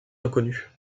inconnue